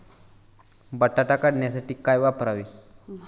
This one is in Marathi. बटाटा काढणीसाठी काय वापरावे?